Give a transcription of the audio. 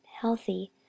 healthy